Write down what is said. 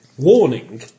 Warning